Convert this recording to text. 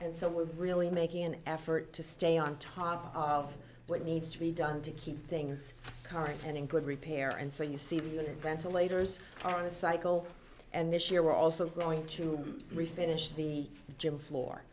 and so we're really making an effort to stay on top of what needs to be done to keep things current and in good repair and so you see the unit ventilators on a cycle and this year we're also going to refinish the gym floor